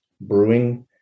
brewing